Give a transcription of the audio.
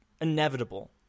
inevitable